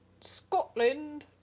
Scotland